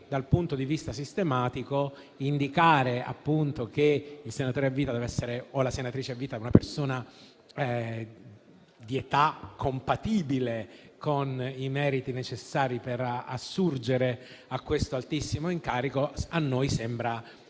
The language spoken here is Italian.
dal punto di vista sistematico - indicare che il senatore o la senatrice a vita debbano essere una persona di età compatibile con i meriti necessari, per assurgere a questo altissimo incarico, a noi sembra una